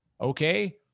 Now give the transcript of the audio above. Okay